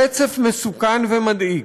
רצף מסוכן ומדאיג.